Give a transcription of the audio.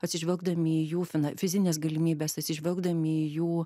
atsižvelgdami į jų fina fizines galimybes atsižvelgdami į jų